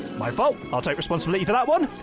my fault. i'll take responsibility for that one.